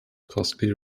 costly